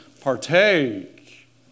partake